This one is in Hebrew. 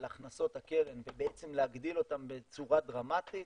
הכנסות הקרן ובעצם להגדיל אותן בצורה דרמטית